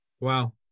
Wow